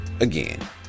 again